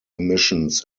emissions